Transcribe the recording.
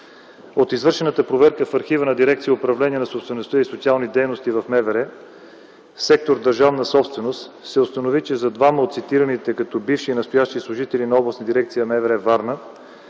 От извършената проверка в архива на дирекция „Управление на собствеността и социални дейности” в МВР, сектор „Държавна собственост”, се установи, че за двама от цитираните като бивши и настоящи служители на Областната дирекция на МВР – Варна,